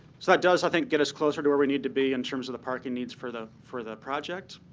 so that does, i think, get us closer to where we need to be in terms of the parking needs for the for the project.